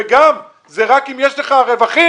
וגם זה רק אם יש לך רווחים.